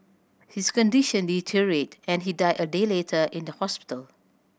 his condition deteriorated and he died a day later in the hospital